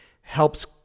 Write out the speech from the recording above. helps